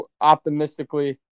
optimistically